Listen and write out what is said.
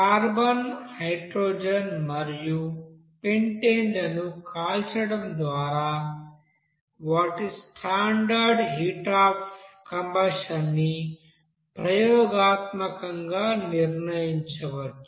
carbon hydrogen మరియు pentane లను కాల్చడం ద్వారా వాటి స్టాండర్డ్ హీట్ అఫ్ కంబషన్ ని ప్రయోగాత్మకంగా నిర్ణయించవచ్చు